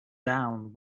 down